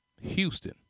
Houston